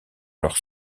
leurs